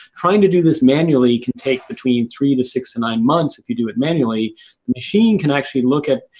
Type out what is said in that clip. trying to do this manually can take between three to six to nine months, if you do it manually. a machine can actually look at,